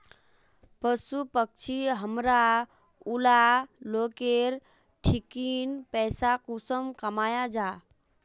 पशु पक्षी हमरा ऊला लोकेर ठिकिन पैसा कुंसम कमाया जा?